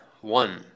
one